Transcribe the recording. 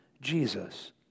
Jesus